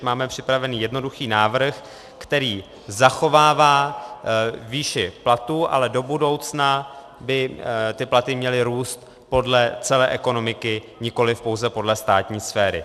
Máme připravený jednoduchý návrh, který zachovává výši platů, ale do budoucna by ty platy měly růst podle celé ekonomiky, nikoliv pouze podle státní sféry.